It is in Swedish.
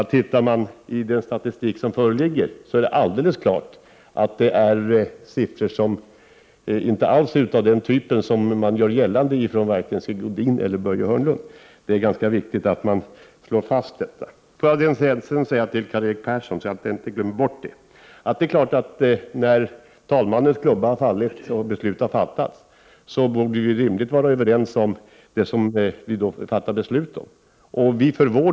Tittar man i den statistik som föreligger, finner man inte alls siffror som stöder de uppfattningar som framförs av Börje Hörnlund och Sigge Godin. Det är viktigt att slå fast detta. Låt mig sedan säga till Karl-Erik Persson att när talmannens klubba har fallit och beslut har fattats, borde vi rimligtvis vara överens om det som vi har fattat beslut om.